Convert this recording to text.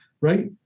right